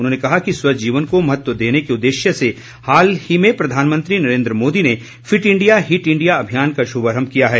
उन्होंने कहा कि स्वस्थ जीवन को महत्व देने के उददेश्य से हाल ही में प्रधानमंत्री नरेन्द्र मोदी ने फिट इंडिया हिट इंडिया अभियान का शुभारम्भ किया है